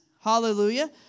Hallelujah